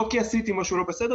לא כי עשיתי משהו לא בסדר,